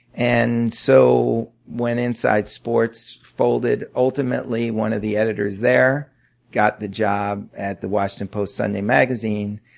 and so when inside sports folded, ultimately one of the editors there got the job at the washington post sunday magazine.